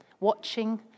watching